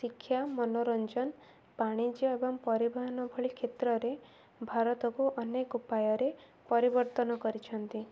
ଶିକ୍ଷା ମନୋରଞ୍ଜନ ବାଣିଜ୍ୟ ଏବଂ ପରିବହନ ଭଳି କ୍ଷେତ୍ରରେ ଭାରତକୁ ଅନେକ ଉପାୟରେ ପରିବର୍ତ୍ତନ କରିଛନ୍ତି